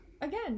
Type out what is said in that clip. Again